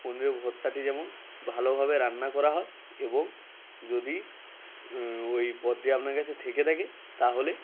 পনিরের ভর্তাটি যেন ভালোভাবে রান্না করা হয় এবং যদি ওই পদটি আপনার কাছে থেকে থাকে তাহলে